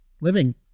living